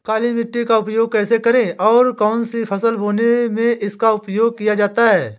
काली मिट्टी का उपयोग कैसे करें और कौन सी फसल बोने में इसका उपयोग किया जाता है?